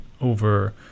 over